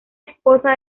esposa